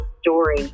story